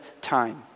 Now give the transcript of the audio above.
time